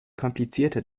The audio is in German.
komplizierter